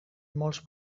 molts